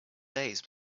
days